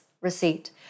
receipt